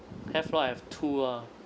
have lah have two ah